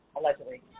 allegedly